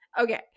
Okay